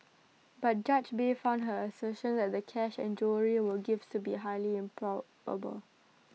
but judge bay found her assertion that the cash and jewellery were gifts to be highly improbable